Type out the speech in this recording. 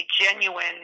genuine